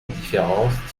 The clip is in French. différence